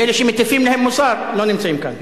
ואלה שמטיפים להם מוסר לא נמצאים כאן.